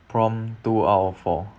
prompt two out of four